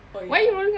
oh ya